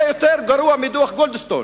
זה יותר גרוע מדוח גולדסטון.